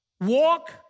walk